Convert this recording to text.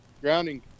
Grounding